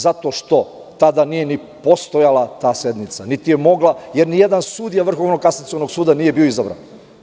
Zato što tada nije ni postojala ta sednica, niti je mogla, jer ni jedan sudija Vrhovnog kasacionog suda nije bio izabran.